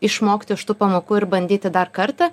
išmokti iš tų pamokų ir bandyti dar kartą